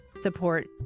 support